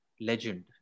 legend